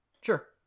Sure